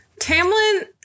Tamlin